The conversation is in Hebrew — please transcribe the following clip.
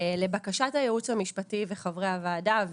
לבקשת הייעוץ המשפטי וחברי הוועדה,